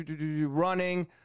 running